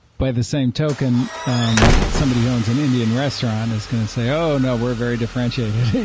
by the same token, um somebody owns an indian restaurant is going to say, oh, no. we're very differentiated.